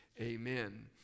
Amen